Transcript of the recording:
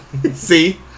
See